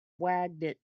wagged